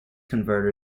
converter